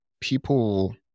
people